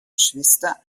geschwister